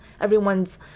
everyone's